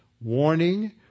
warning